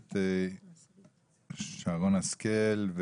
הכנסת שרן השכל,